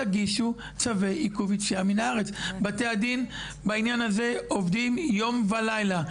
תגישו צווי עיכוב יציאה מהארץ בתי הדין בעניין הזה עובדים יום ולילה.